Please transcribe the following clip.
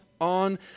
on